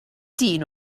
dyn